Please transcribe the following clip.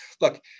look